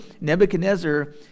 Nebuchadnezzar